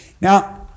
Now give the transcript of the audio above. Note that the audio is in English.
Now